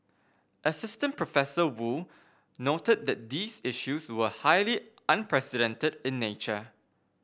Assistant Professor Woo noted that these issues were highly unprecedented in nature